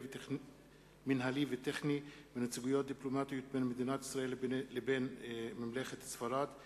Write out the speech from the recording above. מינהלי וטכני בנציגויות דיפלומטיות בין מדינת ישראל לבין ממלכת ספרד;